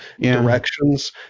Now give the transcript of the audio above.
directions